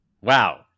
Wow